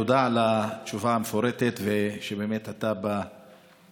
תודה על התשובה המפורטת ועל שאתה באמת בא